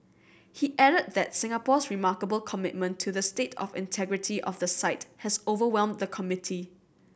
he added that Singapore's remarkable commitment to the state of integrity of the site has overwhelmed the committee